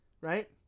right